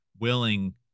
willing